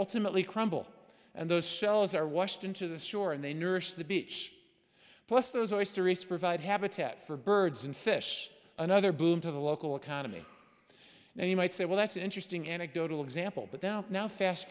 ultimately crumble and those shells are washed into the shore and they nourish the beach plus those oyster reefs provide habitat for birds and fish another boom to the local economy and you might say well that's an interesting anecdotal example but now now fast